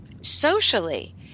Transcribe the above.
socially